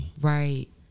Right